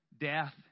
death